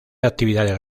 actividades